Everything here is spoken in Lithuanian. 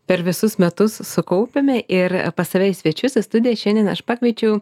per visus metus sukaupiame ir pas save į svečius į studiją šiandien aš pakviečiau